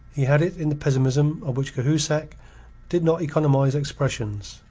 he had it in the pessimism of which cahusac did not economize expressions.